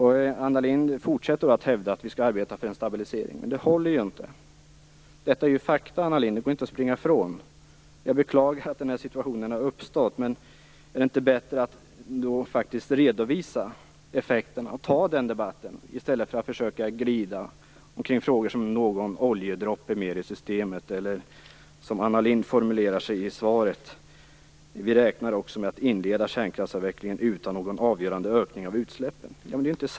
Anna Lindh fortsätter att hävda att vi skall arbeta för en stabilisering, men det håller inte. Detta är fakta, Anna Lindh. De går inte att springa ifrån. Jag beklagar att den här situationen har uppstått. Är det inte bättre att faktiskt redovisa effekterna och ta den debatten i stället för att försöka glida omkring och tala om någon oljedroppe mer i systemet? Anna Lindh säger i svaret: "Vi räknar också med att inleda kärnkraftsavvecklingen utan någon avgörande ökning av utsläppen."